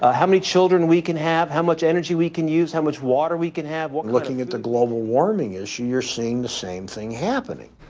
ah how many children we can have, how much energy we can use, how much water we can have looking at the global warming issue, you're seeing the same thing happening.